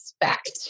expect